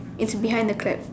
it's behind the crab